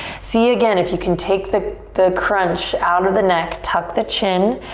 see again if you can take the the crunch out of the neck. tuck the chin,